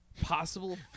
possible